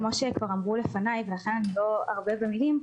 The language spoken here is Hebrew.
כמו שכבר אמרו לפניי לכן אני לא ארבה במילים,